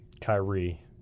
Kyrie